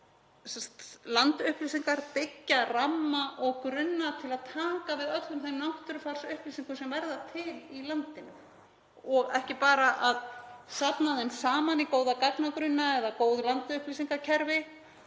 landupplýsingar, byggja ramma og grunna til að taka við öllum þeim náttúrufarsupplýsingum sem verða til í landinu. Og ekki bara að safna þeim saman í góða gagnagrunna eða góð landupplýsingakerfi